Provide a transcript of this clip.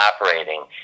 operating